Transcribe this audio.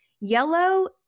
Yellow